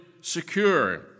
secure